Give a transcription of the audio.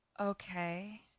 Okay